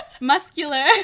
muscular